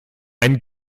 ein